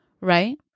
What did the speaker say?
right